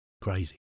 Crazy